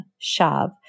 SHAV